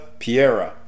Piera